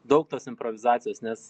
daug tos improvizacijos nes